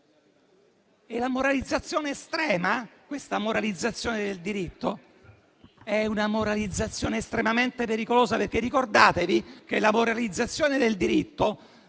La moralizzazione estrema, questa moralizzazione del diritto, è estremamente pericolosa, perché ricordatevi che la moralizzazione del diritto